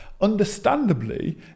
Understandably